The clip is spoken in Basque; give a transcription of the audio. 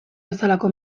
bezalako